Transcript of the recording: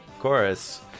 chorus